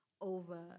over